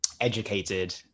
educated